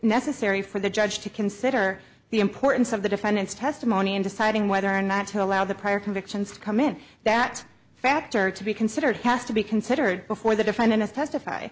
necessary for the judge to consider the importance of the defendant's testimony in deciding whether or not to allow the prior convictions to come in that factor to be considered has to be considered before the defendant is testif